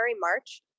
March